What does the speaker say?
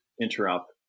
interrupt